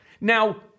Now